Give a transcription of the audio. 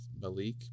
Malik